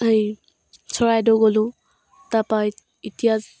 এই চৰাইদেউ গ'লোঁ তাৰপৰা এতিয়া